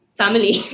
family